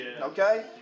Okay